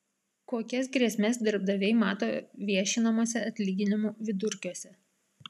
kokias grėsmes darbdaviai mato viešinamuose atlyginimų vidurkiuose